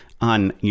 on